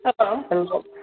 Hello